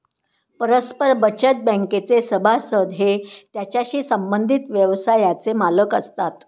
परस्पर बचत बँकेचे सभासद हे त्याच्याशी संबंधित व्यवसायाचे मालक असतात